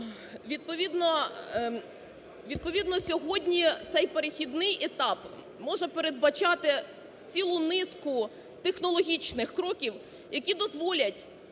Відповідно сьогодні цей перехідний етап може передбачати цілу низку технологічних кроків, які дозволять